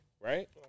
Right